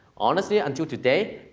honestly, ah until today,